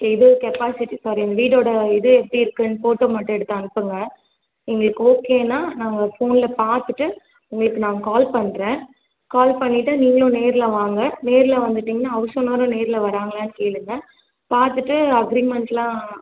எதோ capacity sorry அந்த வீடோட இது எப்படி இருக்குன்னு ஃபோட்டோ மட்டும் எடுத்து அனுப்புங்கள் எங்களுக்கு ஓகேன்னா நாங்கள் ஃபோனில் பார்த்துட்டு உங்களுக்கு நான் கால் பண்ணுறேன் கால் பண்ணிவிட்டா நீங்களும் நேரில் வாங்க நேரில் வந்துவிட்டீங்கன்னா ஹவுஸ் ஓனரும் நேரில் வராங்களான்னு கேளுங்கள் பார்த்துட்டு அக்ரீமெண்ட் எல்லாம்